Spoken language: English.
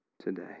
Today